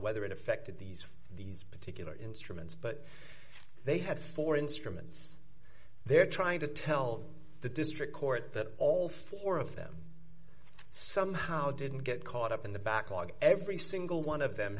whether it affected these these particular instruments but they have four instruments they're trying to tell the district court that all four of them somehow didn't get caught up in the backlog every single one of them